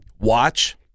watch